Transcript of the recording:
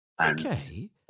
Okay